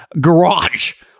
garage